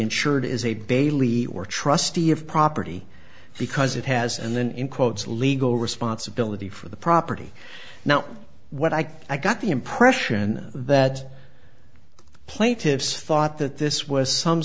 insured is a bailey or trustee of property because it has and then in quotes legal responsibility for the property now what i think i got the impression that the plaintiffs thought that this was some